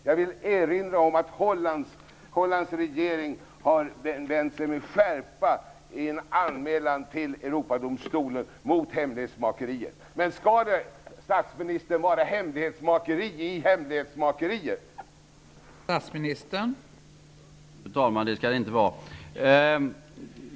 Jag vill erinra om att Hollands regering har vänt sig med skärpa mot hemlighetsmakeriet i en anmälan till Europadomstolen. Skall det vara hemlighetsmakeri i hemlighetsmakeriet, statsministern?